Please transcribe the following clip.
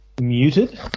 muted